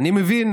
אני מבין